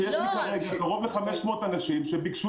שיש לי כרגע קרוב ל-500 אנשים שביקשו